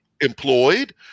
employed